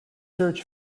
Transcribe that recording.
search